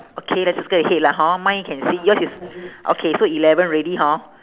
okay let's circle the head lah hor mine can see yours is okay so eleven already hor